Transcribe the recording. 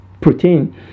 protein